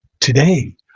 Today